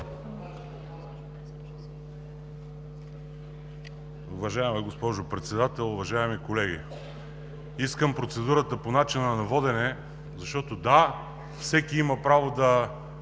Уважаема госпожо Председател, уважаеми колеги! Искам процедурата по начина на водене, защото, да, всеки има право да